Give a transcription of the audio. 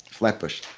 flatbush.